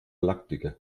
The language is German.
lackdicke